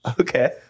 Okay